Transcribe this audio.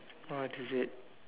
what is it